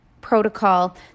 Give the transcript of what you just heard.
protocol